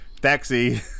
taxi